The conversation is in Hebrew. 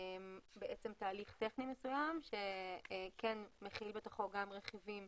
תהליך טכני מסוים שכן מכיל בתוכו גם רכיבים